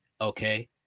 Okay